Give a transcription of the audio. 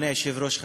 אדוני היושב-ראש,